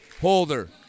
Holder